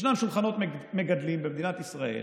ישנם שולחנות מגדלים במדינת ישראל,